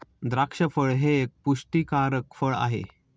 द्राक्ष फळ हे एक पुष्टीकारक फळ आहे